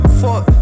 fuck